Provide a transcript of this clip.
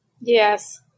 Yes